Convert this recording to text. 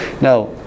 Now